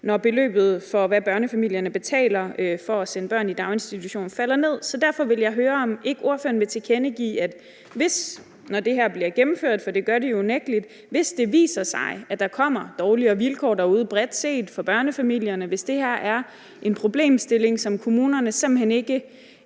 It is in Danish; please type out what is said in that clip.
når beløbet for, hvad børnefamilierne betaler for at sende børn i daginstitution, falder. Så derfor vil jeg høre, hvis det viser sig – hvis det her bliver gennemført, og det gør det jo unægteligt – at der kommer dårligere vilkår derude bredt set for børnefamilierne, og hvis det her er en problemstilling, som kommunerne simpelt hen ikke